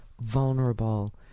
vulnerable